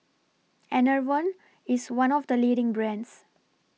Enervon IS one of The leading brands